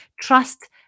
Trust